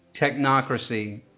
technocracy